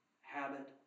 habit